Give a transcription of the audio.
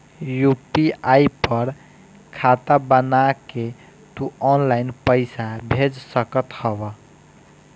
UPI पर खाता बना के तू ऑनलाइन पईसा भेज सकत हवअ